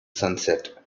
sunset